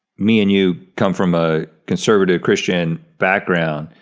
me and you come from a conservative christian background,